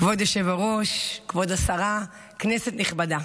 כבוד היושב-ראש, כבוד השרה, כנסת נכבדה,